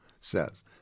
says